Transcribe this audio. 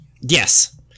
yes